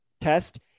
test